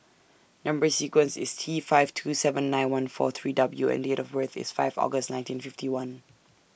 Number sequence IS T five two seven nine one four three W and Date of birth IS five August nineteen fifty one